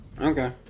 Okay